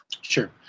Sure